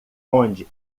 onde